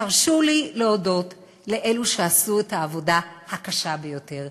תרשו לי להודות לאלה שעשו את העבודה הקשה ביותר,